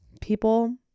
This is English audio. people